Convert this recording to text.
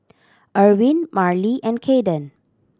Erwin Marlee and Kayden